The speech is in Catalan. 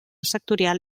sectorial